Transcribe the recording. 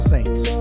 Saints